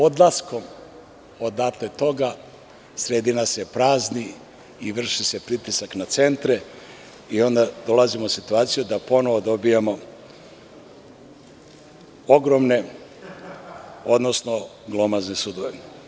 Odlaskom odatle sredina se prazni i vrši se pritisak na centre i onda dolazimo u situaciju da ponovo dobijamo ogromne, odnosno glomazne sudove.